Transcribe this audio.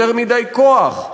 יותר מדי כוח.